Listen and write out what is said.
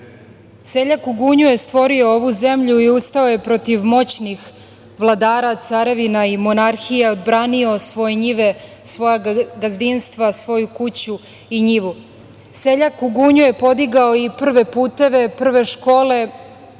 seljak u gunju je stvorio ovu zemlju i ustao je protiv moćnih vladara, carevina i monarhija, odbranio svoje njive, svoja gazdinstva, svoju kuću i njivu. Seljak u gunju je podigao i prve puteve, prve škole,